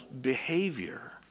behavior